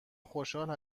خوشحال